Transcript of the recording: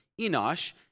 Enosh